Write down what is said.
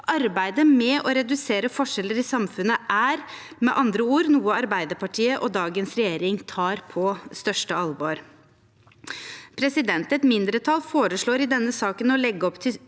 Arbeidet med å redusere forskjeller i samfunnet er med andre ord noe Arbeiderpartiet og dagens regjering tar på største alvor. Et mindretall foreslår i denne saken å legge opp til